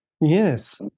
yes